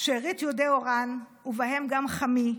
שארית יהודי אוראן, ובהם גם חמי,